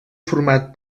format